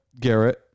Garrett